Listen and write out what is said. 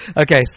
Okay